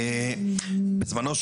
בזמנו,